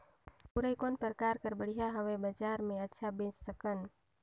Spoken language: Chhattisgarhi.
मुरई कौन प्रकार कर बढ़िया हवय? बजार मे अच्छा बेच सकन